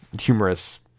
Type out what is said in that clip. humorous